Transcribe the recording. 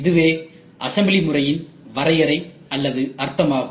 இதுவே அசம்பிளி முறையின் வரையறை அல்லது அர்த்தமாகும்